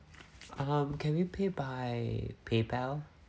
um can we pay by paypal